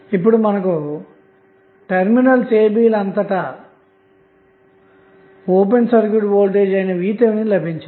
ఇప్పుడు మనకుటెర్మినల్స్ ab ల అంతటా ఓపెన్ సర్క్యూట్ వోల్టేజ్ అయిన VTh లభించింది